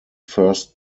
first